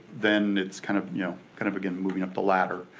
then it's kind of you know kind of again moving up the ladder,